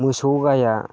मोसौ गाइया